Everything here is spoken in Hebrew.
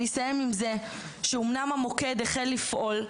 אני אסיים עם זה, שאומנם המוקד החל לפעול,